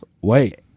Wait